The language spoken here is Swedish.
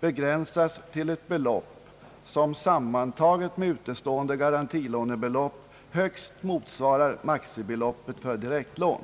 begränsas till ett belopp vilket — sammantaget med utestående garantilånebelopp — högst motsvarar maximibeloppet för direktlån.